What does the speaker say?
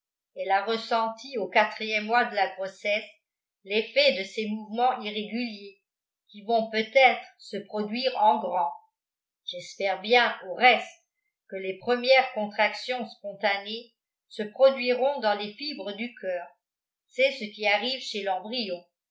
elle a ressenti au quatrième mois de la grossesse l'effet de ces mouvements irréguliers qui vont peut-être se produire en grand j'espère bien au reste que les premières contractions spontanées se produiront dans les fibres du coeur c'est ce qui arrive chez